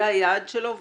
זה היעד שלו,